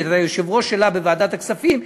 ואת היושב-ראש שלה בוועדת הכספים,